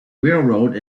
railroad